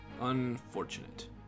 Unfortunate